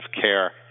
care